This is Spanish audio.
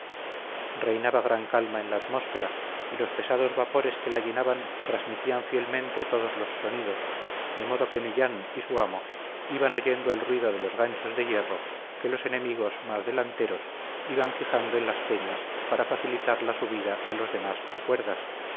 reinaba gran calma en la atmósfera y los pesados vapores que la llenaban transmitían fielmente todos los sonidos de modo que millán y su amo iban oyendo el ruido de los ganchos de hierro que los enemigos más delanteros iban fijando en las peñas para facilitar la subida de los demás con cuerdas